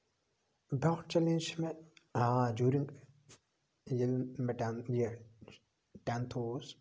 بیاکھ چیلینج چھُ مےٚ جوٗرِنگ ییٚلہِ مےٚ یہِ ٹینتھ اوس